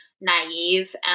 naive